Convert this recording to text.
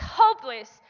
hopeless